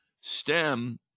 Stem